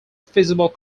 feasible